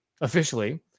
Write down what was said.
officially